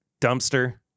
dumpster